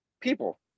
people